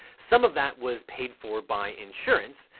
some of that was paid for by insurance.